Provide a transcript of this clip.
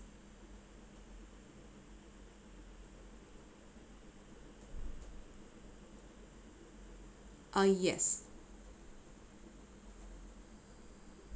uh yes